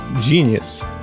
genius